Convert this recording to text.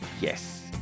Yes